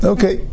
Okay